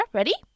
Ready